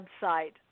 website